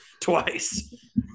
twice